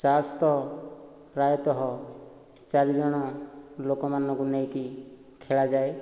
ତାସ୍ ତ ପ୍ରାୟତଃ ଚାରିଜଣ ଲୋକମାନଙ୍କୁ ନେଇକି ଖେଳାଯାଏ